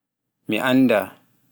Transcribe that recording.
Mi annda.